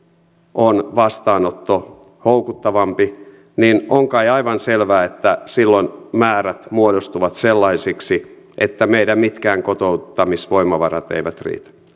on vastaanotto houkuttavampi niin on kai aivan selvää että silloin määrät muodostuvat sellaisiksi että meidän mitkään kotouttamisvoimavarat eivät riitä